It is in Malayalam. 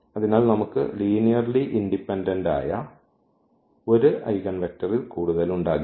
അതിനാൽ നമുക്ക് ലീനിയർലി ഇൻഡിപെൻഡന്റ് ആയ 1 ഐഗൻവെക്റ്ററിൽ കൂടുതൽ ഉണ്ടാകില്ല